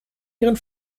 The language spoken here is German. ihren